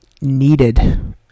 needed